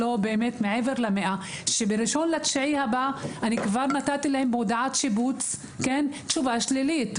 שב-1 בספטמבר נתתי להם הודעת שיבוץ שלילית.